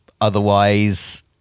Otherwise